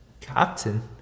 Captain